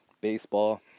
baseball